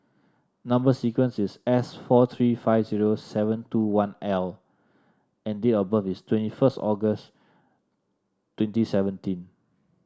number sequence is S four three five zero seven two one L and date of birth is twenty first August twenty seventeen